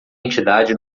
entidade